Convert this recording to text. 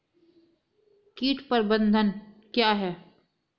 कीट प्रबंधन क्या है?